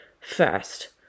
first